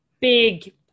big